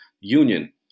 union